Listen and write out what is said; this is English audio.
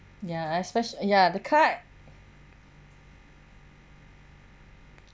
ya espec~ ya the car